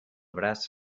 braç